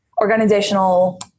organizational